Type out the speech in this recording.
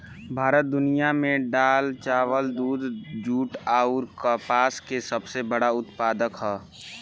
भारत दुनिया में दाल चावल दूध जूट आउर कपास के सबसे बड़ उत्पादक ह